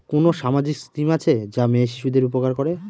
কোন সামাজিক স্কিম আছে যা মেয়ে শিশুদের উপকার করে?